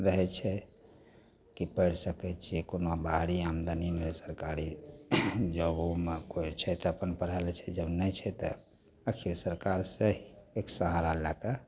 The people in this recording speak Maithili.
रहै छै कि पढ़ि सकै छै कोनो बाहरी आमदनी नहि सरकारी जॉब उबमे कोइ छै तऽ अपन पढ़ै लै छै जब नहि छै तऽ फेर सरकारसे ही किछु सहारा लैके